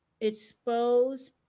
expose